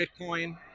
Bitcoin